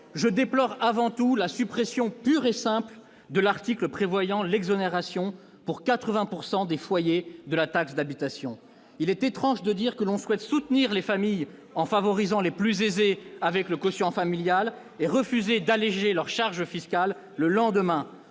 Je déplore avant tout la suppression pure et simple de l'article prévoyant l'exonération pour 80 % des foyers de leur taxe d'habitation. Il est étrange de dire que l'on souhaite soutenir les familles en favorisant les plus aisées avec le quotient familial et de refuser d'alléger leur charge fiscale le lendemain.